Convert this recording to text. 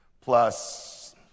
Plus